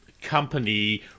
company